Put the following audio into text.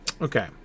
Okay